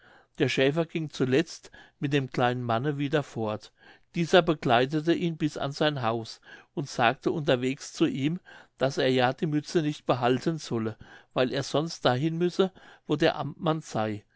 der schäfer ging zuletzt mit dem kleinen manne wieder fort dieser begleitete ihn bis an sein haus und sagte unterwegs zu ihm daß er ja die mütze nicht behalten solle weil er sonst dahin müsse wo der amtmann sey